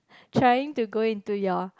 trying to go into your